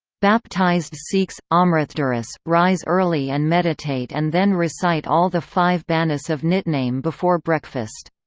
baptised sikhs amritdharis, rise early and meditate and then recite all the five banis of nitnem before breakfast.